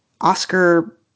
Oscar